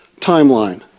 timeline